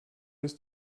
ist